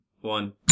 one